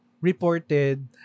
reported